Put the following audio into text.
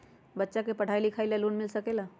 बच्चा के पढ़ाई लिखाई ला भी लोन मिल सकेला?